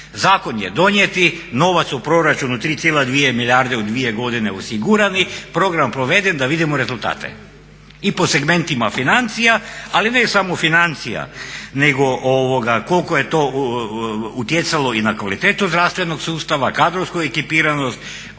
Zakon je donijet, novac u proračunu 3,2 milijarde u dvije godine osigurani, program proveden, da vidimo rezultate i po segmentima financija, ali ne samo financija nego koliko je to utjecalo i na kvalitetu zdravstvenog sustava, kadrovsku ekipiranost,